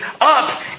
up